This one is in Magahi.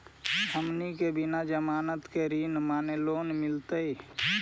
हमनी के बिना जमानत के ऋण माने लोन मिलतई?